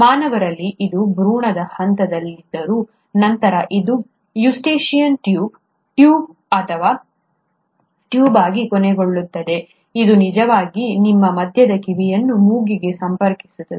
ಮಾನವರಲ್ಲಿ ಇದು ಭ್ರೂಣದ ಹಂತದಲ್ಲಿದ್ದರೂ ನಂತರ ಅದು ಯುಸ್ಟಾಚಿಯನ್ ಟ್ಯೂಬ್ ಟ್ಯೂಬ್ ಅಥವಾ ಟ್ಯೂಬ್ ಆಗಿ ಕೊನೆಗೊಳ್ಳುತ್ತದೆ ಅದು ನಿಜವಾಗಿ ನಿಮ್ಮ ಮಧ್ಯದ ಕಿವಿಯನ್ನು ಮೂಗಿಗೆ ಸಂಪರ್ಕಿಸುತ್ತದೆ